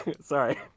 Sorry